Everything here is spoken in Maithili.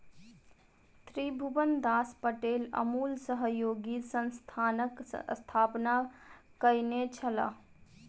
त्रिभुवनदास पटेल अमूल सहयोगी संस्थानक स्थापना कयने छलाह